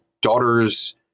daughter's